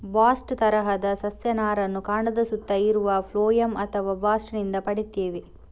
bast ತರದ ಸಸ್ಯ ನಾರನ್ನ ಕಾಂಡದ ಸುತ್ತ ಇರುವ ಫ್ಲೋಯಂ ಅಥವಾ ಬಾಸ್ಟ್ ನಿಂದ ಪಡೀತೇವೆ